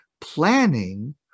planning